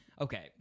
Okay